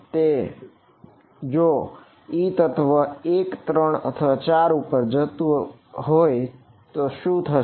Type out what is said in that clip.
તેથી જો આ e તત્વ 1 3 અથવા 4 પર જશે તો શું થશે